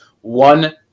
one